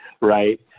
right